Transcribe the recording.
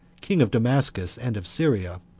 king of damascus and of syria,